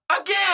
again